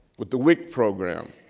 with the wic program.